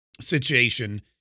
situation